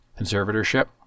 conservatorship